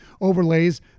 overlays